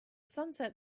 sunset